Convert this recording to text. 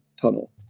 tunnel